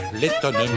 l'étonnement